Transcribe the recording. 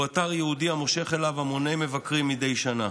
הוא אתר יהודי המושך אליו המוני מבקרים מדי שנה.